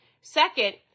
Second